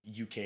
UK